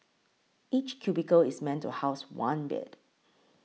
each cubicle is meant to house one bed